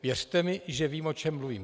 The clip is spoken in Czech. Věřte mi, že vím, o čem mluvím.